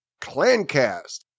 Clancast